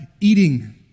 eating